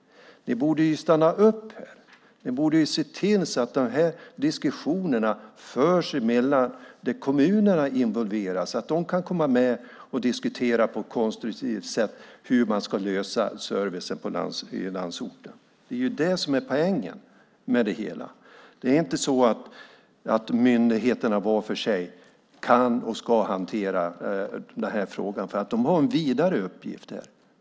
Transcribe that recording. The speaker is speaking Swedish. Men ni borde stanna upp och se till så att diskussionerna också involverar kommunerna så att de kan vara med och på ett konstruktivt sätt diskutera hur man ska lösa servicen i landsorten. Det är ju det som är poängen med det hela. Myndigheterna kan och ska inte var för sig hantera den här frågan, för de har en vidare uppgift än så.